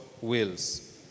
wills